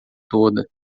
toda